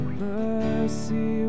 mercy